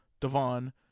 Devon